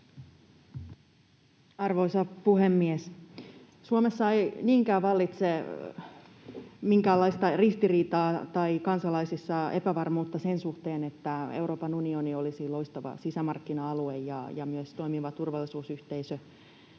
Arvoisa puhemies! Suomessa ei niinkään vallitse minkäänlaista ristiriitaa tai kansalaisissa epävarmuutta sen suhteen, että Euroopan unioni on loistava sisämarkkina-alue ja myös toimiva turvallisuusyhteisö